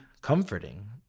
comforting